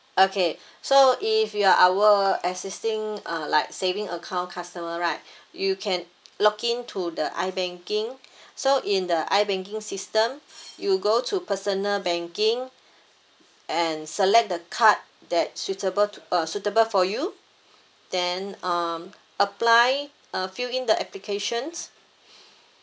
okay so if you are our existing uh like saving account customer right you can log in to the ibanking so in the ibanking system you go to personal banking and select the card that suitable to uh suitable for you then um apply uh fill in the applications